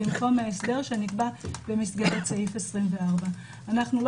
במקום ההסדר שנקבע במסגרת סעיף 24. לא